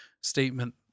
Statement